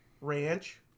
ranch